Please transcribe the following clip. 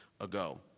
ago